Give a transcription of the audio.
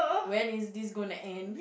when is this gonna end